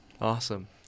Awesome